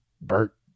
Bert